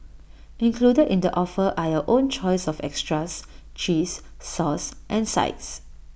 included in the offer are your own choice of extras cheese sauce and sides